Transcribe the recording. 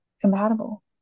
compatible